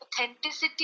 authenticity